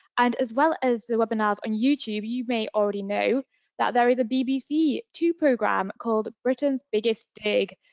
and as well as the webinars on youtube, you may already know that there is a b b c two program called britain's biggest dig.